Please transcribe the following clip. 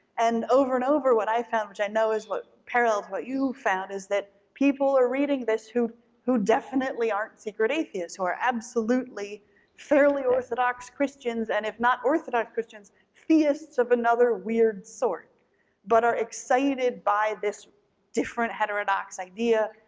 and over and over what i found, which i know is what parallels what you found is that people are reading this who who definitely aren't secret atheists, who are absolutely fairly orthodox christians and if not orthodox christians, theists of another weird sort but are excited by this different, heterodox idea,